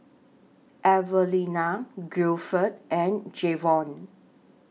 Evelena Gilford and Jayvon